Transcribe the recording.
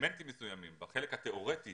אלמנטים מסוימים בחלק התיאורטי